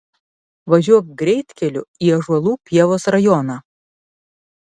važiuok greitkeliu į ąžuolų pievos rajoną